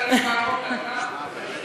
לפרוטוקול, חברת